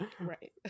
Right